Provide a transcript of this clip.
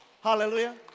Hallelujah